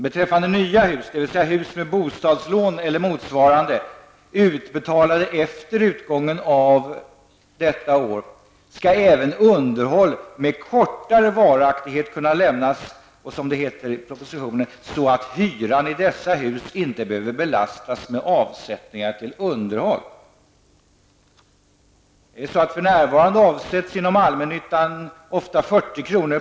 Beträffande nya hus, dvs. hus med bostadslån eller motsvarande utbetalade efter utgången av detta år, skall även underhåll med kortare varaktighet kunna lämnas, som det står i propositionen, ''så att hyran i dessa hus inte behöver belastas med avsättningar för underhåll''. För närvarande avsätts inom allmännyttan ofta 40 kr.